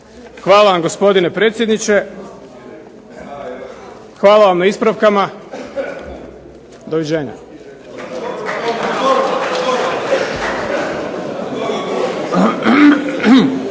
Hvala vam gospodine predsjedniče, hvala vam na ispravkama, doviđenja.